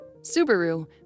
Subaru